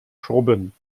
schrubben